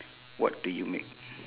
what do you make